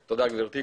תודה, גברתי.